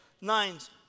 Nines